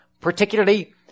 particularly